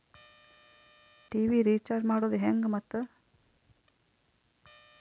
TV recharge ಮಾಡೋದು ಹೆಂಗ ಮತ್ತು?